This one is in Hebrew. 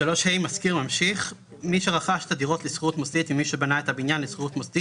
המשכיר ממשיך צריכות גם להמשיך להיות מושכרות